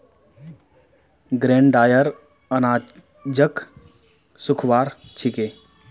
grain dryer अनाजक सुखव्वार छिके